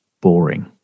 boring